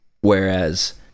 whereas